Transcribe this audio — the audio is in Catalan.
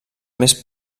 més